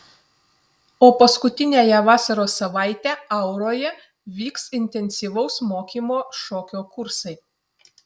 o paskutiniąją vasaros savaitę auroje vyks intensyvaus mokymo šokio kursai